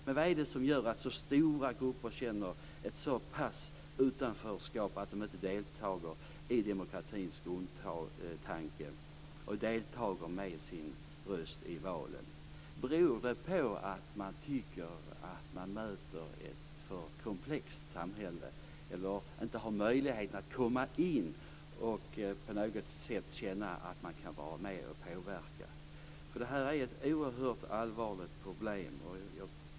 Men vad är det som gör att så stora grupper känner ett så pass stort utanförskap att de inte deltar i demokratins grundtanke och inte deltar med sin röst i valen? Beror det på att man tycker att man möter ett för komplext samhälle eller att man inte har möjlighet att komma in och på något sätt känna att man kan vara med och påverka? Det här är ett oerhört allvarligt problem.